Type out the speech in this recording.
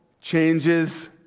changes